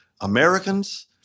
Americans